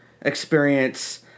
experience